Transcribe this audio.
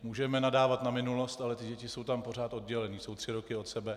Můžeme nadávat na minulost, ale ty děti jsou tam pořád oddělené, jsou tři roky od sebe.